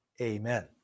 Amen